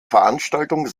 veranstaltung